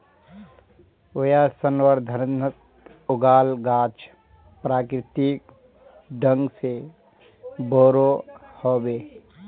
वायवसंवर्धनत उगाल गाछ प्राकृतिक ढंग से बोरो ह बे